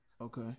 Okay